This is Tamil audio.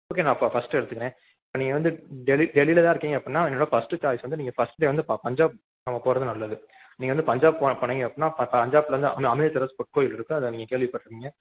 ஓகே நான் இப்போ ஃபர்ஸ்ட்டு எடுத்துக்கிறேன் நீங்கள் வந்து டெலி டெல்லியில் தான் இருக்கீங்க அப்புடின்னா என்னோடய ஃபர்ஸ்ட்டு சாய்ஸ் வந்து நீங்கள் ஃபர்ஸ்ட் டே வந்து ப பஞ்சாப் நம்ம போகிறது நல்லது நீங்கள் வந்து பஞ்சாப் போ போனீங்க அப்புடின்னா ப பஞ்சாப்பில் வந்து அமி அமிர்தசரஸ் பொற்கோவில் இருக்குது அதை நீங்கள் கேள்விப்பட்டுருப்பீங்க